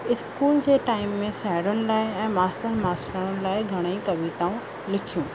school जे time में साहेड़ियुनि लाइ ऐं मास्तर मास्तराणियुनि लाइ घणई कविताऊं लिखियूं